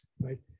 right